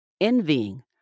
envying